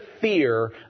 fear